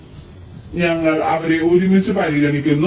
അതിനാൽ ഞങ്ങൾ അവരെ ഒരുമിച്ച് പരിഗണിക്കുന്നു